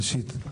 ראשית,